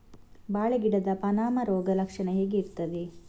ಬಾಳೆ ಗಿಡದ ಪಾನಮ ರೋಗ ಲಕ್ಷಣ ಹೇಗೆ ಇರ್ತದೆ?